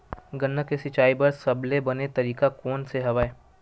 गन्ना के सिंचाई बर सबले बने तरीका कोन से हवय?